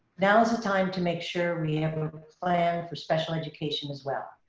now is the time to make sure we have a plan for special education as well.